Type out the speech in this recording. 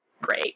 Great